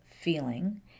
feeling